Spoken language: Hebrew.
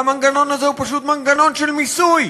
והמנגנון הזה הוא פשוט מנגנון של מיסוי.